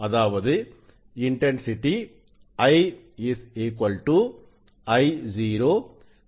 அதாவது intensity I Io Cos2 Ɵ